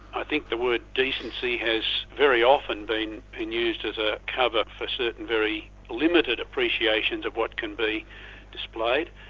i think the word decency has very often been been used as a cover for certain very limited appreciations of what can be displayed.